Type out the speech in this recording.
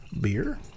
beer